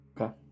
Okay